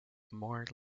more